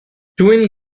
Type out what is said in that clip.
twin